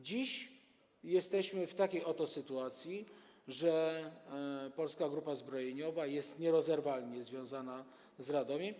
Dziś jesteśmy w takiej oto sytuacji, że Polska Grupa Zbrojeniowa jest nierozerwalnie związana z Radomiem.